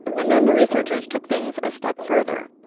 and then the researchers took things a step further.